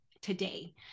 today